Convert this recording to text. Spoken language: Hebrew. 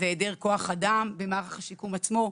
היעדר כוח אדם במערך השיקום עצמו,